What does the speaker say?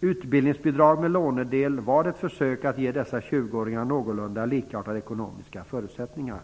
Utbildningsbidrag med lånedel var ett försök att ge dessa 20-åringar någorlunda likartade ekonomiska förutsättningar.